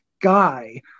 guy